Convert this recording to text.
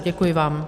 Děkuji vám.